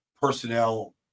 personnel